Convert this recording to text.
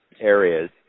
areas